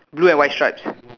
blue and white stripes